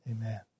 Amen